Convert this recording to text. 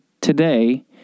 today